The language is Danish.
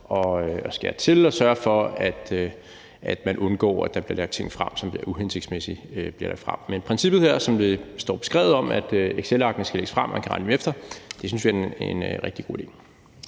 at skære til og sørge for, at man undgår, at der bliver lagt ting frem, som det vil være uhensigtsmæssigt bliver lagt frem. Men princippet her, som det står beskrevet, om, at excelarkene skal lægges frem, så man kan regne dem efter, synes jeg er en rigtig god idé.